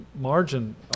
margin